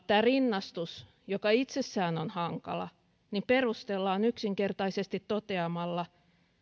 tämä rinnastus joka itsessään on hankala perustellaan yksinkertaisesti toteamalla